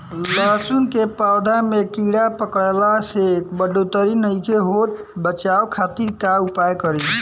लहसुन के पौधा में कीड़ा पकड़ला से बढ़ोतरी नईखे होत बचाव खातिर का उपाय करी?